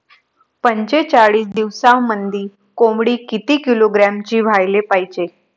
पंचेचाळीस दिवसामंदी कोंबडी किती किलोग्रॅमची व्हायले पाहीजे?